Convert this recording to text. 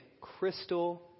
crystal